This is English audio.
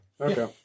Okay